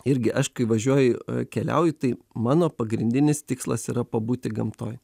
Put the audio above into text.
irgi aš kai važiuoju keliauju tai mano pagrindinis tikslas yra pabūti gamtoj